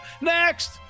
Next